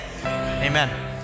amen